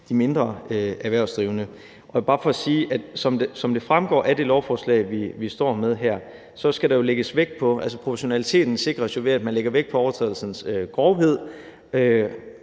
de mindre erhvervsdrivende. Jeg vil bare sige, at som det fremgår af det lovforslag, vi står med her, sikres proportionaliteten, ved at man lægger vægt på overtrædelsens grovhed